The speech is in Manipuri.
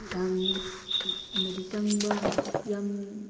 ꯌꯥꯝꯅꯗꯤ ꯆꯪꯕ ꯌꯥꯝ